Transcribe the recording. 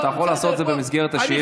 אתה יכול לעשות את זה במסגרת השאילתות.